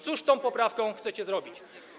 Cóż tą poprawką chcecie zrobić?